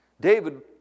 David